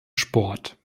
sport